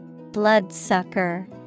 Bloodsucker